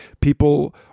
people